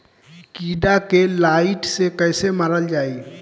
कीड़ा के लाइट से कैसे मारल जाई?